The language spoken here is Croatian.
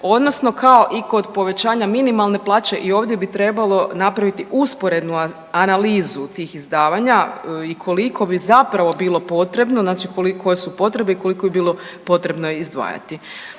odnosno kao i kod povećanja minimalne plaće, i ovdje bi trebalo napraviti usporednu analizu tih izdavanja i koliko bi zapravo bilo potrebno, znači koliko, koje su potrebe i koliko bi bilo potrebno izdvajati.